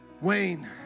Wayne